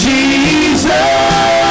Jesus